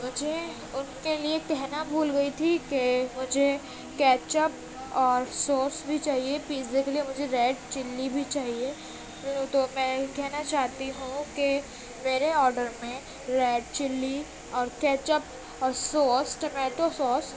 مجھے ان کے لیے کہنا بھول گئی تھی کہ مجھے کیچپ اور سوس بھی چاہیے پیزے کے لیے مجھے ریڈ چلّی بھی چاہیے تو میں کہنا چاہتی ہوں کہ میرے آرڈر میں ریڈ چلّی اور کیچپ اور سوس ٹمیٹو سوس